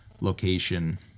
location